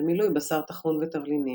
במילוי בשר טחון ותבלינים.